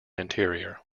interior